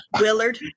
Willard